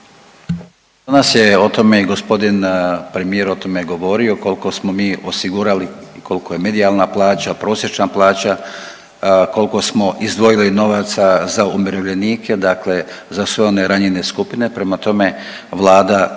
se ne razumije/…o tome govorio koliko smo mi osigurali i kolko je medijalna plaća, prosječna plaća, kolko smo izdvojili novaca za umirovljenike, dakle za sve one ranjene skupine, prema tome Vlada